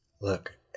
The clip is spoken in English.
Look